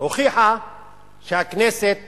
שהוכיחה שהכנסת